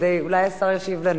אולי השר ישיב לנו